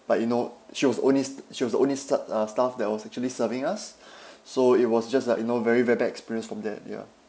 like you know she was only st~ she was the only sta~ uh staff that was actually serving us so it was just like you know very very bad experience from that ya